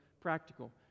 practical